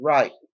Right